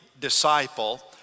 disciple